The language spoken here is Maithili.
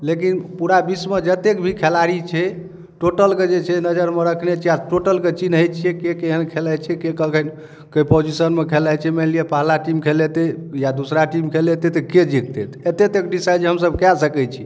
लेकिन पूरा विश्वमे जतेक भी खेलाड़ी छै टोटलके जे छै नजरमे रखने छी आ टोटलके चिन्है छी के केहन खेलाइ छै के कखन कय पोजिशनमे खेलाइ छै मानि लिअ पहला टीम खेलेतै या दूसरा टीम खेलेतै तऽ के जीततै एते तक डिसाइड जे हमसब कऽ सकै छी